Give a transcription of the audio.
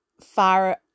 far